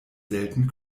selten